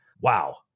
Wow